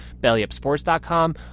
BellyUpSports.com